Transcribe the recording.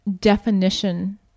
definition